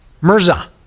Mirza